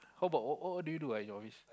how about what what what do you do ah in your office